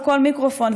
בכל מיקרופון,